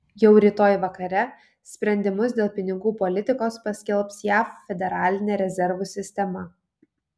jau rytoj vakare sprendimus dėl pinigų politikos paskelbs jav federalinė rezervų sistema